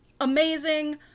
amazing